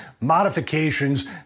modifications